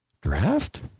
Draft